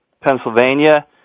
Pennsylvania